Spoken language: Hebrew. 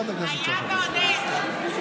היה ועוד איך.